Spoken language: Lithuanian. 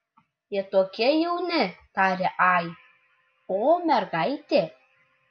jie tokie jauni tarė ai o mergaitė